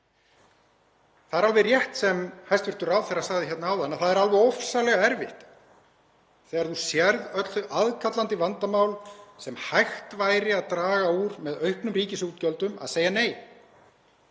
Það er alveg rétt sem hæstv. ráðherra sagði hérna áðan að það er alveg ofsalega erfitt þegar þú sérð öll þau aðkallandi vandamál sem hægt væri að draga úr með auknum ríkisútgjöldum, að segja nei.